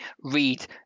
read